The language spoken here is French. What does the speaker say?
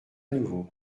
nouveau